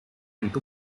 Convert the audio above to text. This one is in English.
into